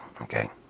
Okay